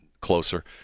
closer